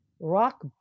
rock